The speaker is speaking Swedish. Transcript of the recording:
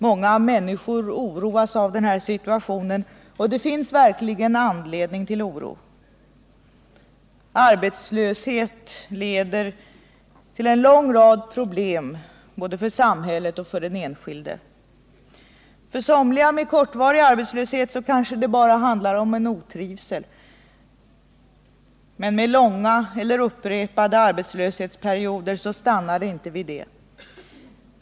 Många människor oroas av den här situationen, och det finns verkligen anledning till oro. Arbetslöshet leder till en lång rad problem, både för samhället och för den enskilde. För somliga med kortvarig arbetslöshet kanske det bara handlar om otrivsel, men med långa eller upprepade arbetslöshetsperioder så stannar det inte vid det.